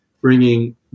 bringing